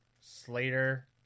Slater